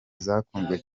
zakunzwe